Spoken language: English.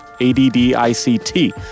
a-d-d-i-c-t